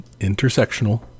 intersectional